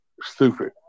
stupid